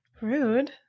Rude